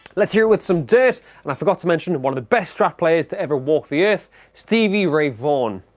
let's hear it with some dirt and i forgot to mention one of the best strat players to ever walk the earth stevie ray vaughan!